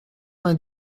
vingt